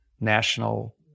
national